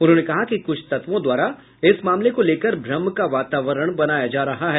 उन्होंने कहा कि कुछ तत्वों द्वारा इस मामले को लेकर भ्रम का वातावरण बनाया जा रहा है